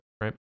right